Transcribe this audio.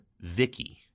Vicky